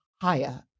higher